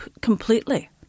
completely